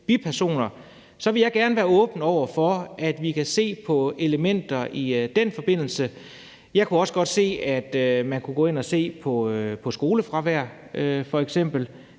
jeg sige, at jeg gerne vil være åben over for, at vi kan se på elementer i den forbindelse. Jeg kunne også godt se for mig, at man kunne gå ind og se på skolefravær f.eks.